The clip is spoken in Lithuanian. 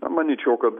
na manyčiau kad